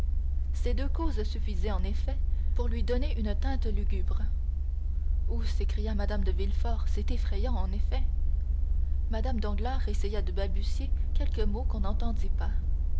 ces deux causes suffisaient en effet pour lui donner une teinte lugubre hou s'écria mme de villefort c'est effrayant en effet mme danglars essaya de balbutier quelques mots qu'on n'entendit pas